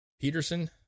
Peterson